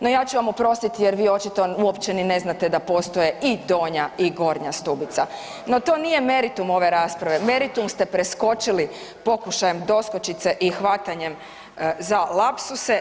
No ja ću vam oprostiti jer vi očito uopće ni ne znate da postoje i Donja i Gornja Stubica no to nije meritum ove rasprave, meritum ste preskočili pokušajem doskočice i hvatanjem za lapsuse.